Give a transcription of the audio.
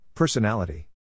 Personality